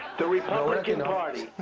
the republican party.